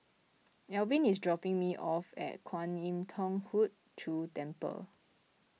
Alvin is dropping me off at Kwan Im Thong Hood Cho Temple